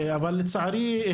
אבל לצערי,